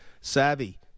Savvy